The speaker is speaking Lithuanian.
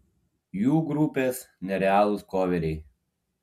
jų grupės nerealūs koveriai